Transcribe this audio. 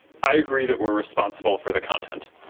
i agree that we're responsible for the content.